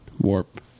warp